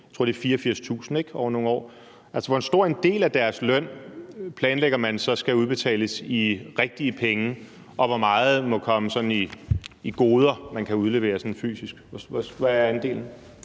jeg tror, at det er 84.000, ikke sandt, over nogle år – planlægger man så skal udbetales i rigtige penge, og hvor meget må komme sådan i goder, man kan udlevere fysisk? Hvad er andelen?